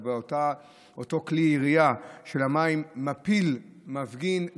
איך אותו כלי ירייה של המים מפיל מפגין,